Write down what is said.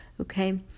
Okay